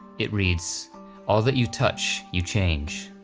it reads all that you touch you change.